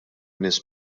nies